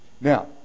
Now